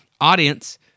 audience